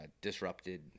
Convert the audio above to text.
disrupted